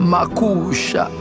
Makusha